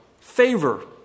favor